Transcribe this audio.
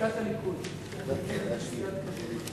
לחיסכון במים בגופים ציבוריים), התש"ע 2009,